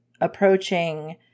approaching